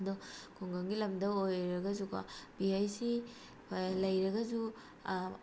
ꯑꯗꯣ ꯈꯨꯡꯒꯪꯒꯤ ꯂꯝꯗ ꯑꯣꯏꯔꯒꯁꯨ ꯀꯣ ꯄꯤ ꯑꯩꯁ ꯁꯤ ꯂꯩꯔꯒꯁꯨ